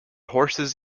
horses